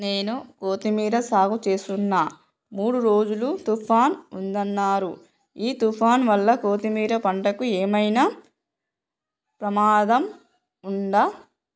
నేను కొత్తిమీర సాగుచేస్తున్న మూడు రోజులు తుఫాన్ ఉందన్నరు ఈ తుఫాన్ వల్ల కొత్తిమీర పంటకు ఏమైనా ప్రమాదం ఉందా?